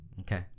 Okay